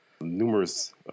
numerous